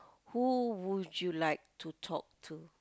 who would you like to talk to